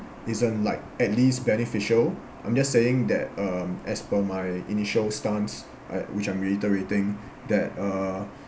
isn't like at least beneficial I'm just saying that um as per my initial stance I which I'm reiterating that uh